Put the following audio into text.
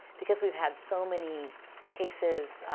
because we've had so many cases,